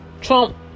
Trump